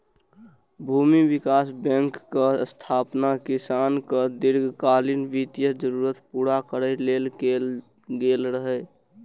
भूमि विकास बैंकक स्थापना किसानक दीर्घकालीन वित्तीय जरूरत पूरा करै लेल कैल गेल रहै